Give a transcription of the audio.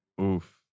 Oof